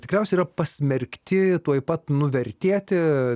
tikriausiai yra pasmerkti tuoj pat nuvertėti